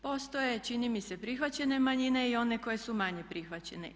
Postoje čini mi se prihvaćene manjine i one koje su manje prihvaćene.